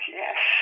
yes